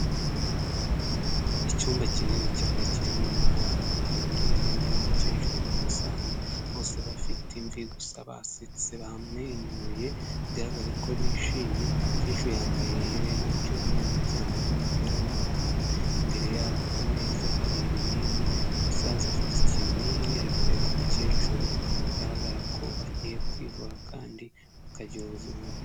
Icyumba kinini cyane kirimo abantu babiri, harimo umukecuru n'umusaza, bose bafite imvi gusa basetse bamwenyuye bigaragare ko bishimye, umukecuru yambaye iherena ry'umweru ndetse yambaye n'umupira w'umutuku, imbere yabo ku meza hari ibinini, umusaza afite ikinini ari kwwereka umukecuru, bigaragara ko bagiye kwivura kandi bakagira ubuzima bwiza.